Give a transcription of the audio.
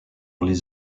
les